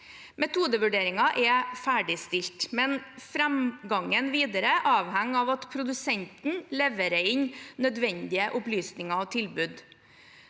Metodevurderingen er ferdigstilt, men framdriften videre avhenger av at produsenten leverer inn nødvendige opplysninger og tilbud.